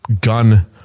gun